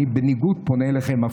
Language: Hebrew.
אני בניגוד פונה אליכם.